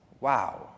Wow